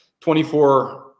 24